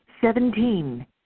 seventeen